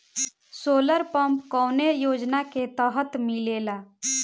Solar pump कौने योजना के तहत मिलेला?